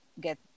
get